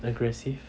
aggressive